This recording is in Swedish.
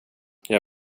jag